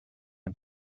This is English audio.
and